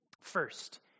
First